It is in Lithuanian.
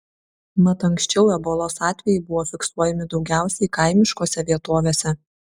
mat anksčiau ebolos atvejai buvo fiksuojami daugiausiai kaimiškose vietovėse